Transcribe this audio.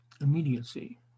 immediacy